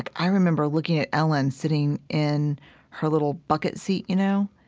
like i remember looking at ellen sitting in her little bucket seat, you know,